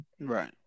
Right